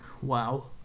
Wow